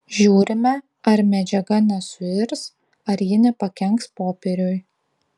žiūrime ar medžiaga nesuirs ar ji nepakenks popieriui